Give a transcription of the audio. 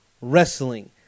wrestling